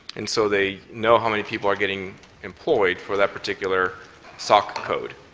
and so they know how many people are getting employed for that particular so code.